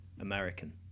American